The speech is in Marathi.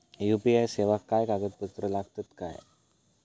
यू.पी.आय सेवाक काय कागदपत्र लागतत काय?